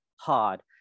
hard